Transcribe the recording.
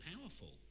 powerful